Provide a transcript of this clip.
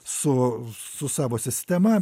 su su savo sistema